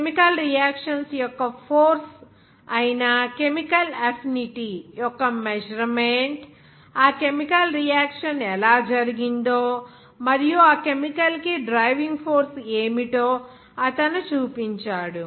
chemical reactions యొక్క force అయిన chemical affinity యొక్క మెజర్మెంట్ ఆ కెమికల్ రియాక్షన్ ఎలా జరిగిందో మరియు ఆ కెమికల్ కి డ్రైవింగ్ ఫోర్స్ ఏమిటో అతను చూపించాడు